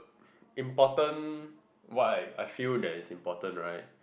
important why I I feel that is important right